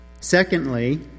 secondly